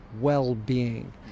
well-being